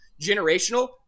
Generational